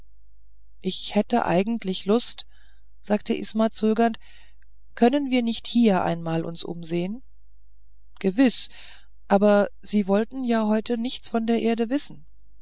ich hätte eigentlich lust sagte isma zögernd könnten wir nicht hier einmal uns umsehen gewiß aber sie wollten ja heute nichts von der erde wissen